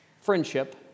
friendship